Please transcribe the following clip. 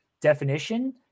definition